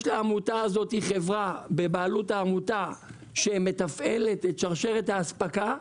לעמותה הזו יש חברה בבעלותה שמתפעלת את שרשרת האספקה.